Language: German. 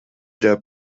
der